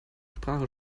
sprache